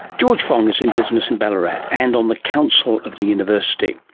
george fong is in business in ballarat and on the council of the university.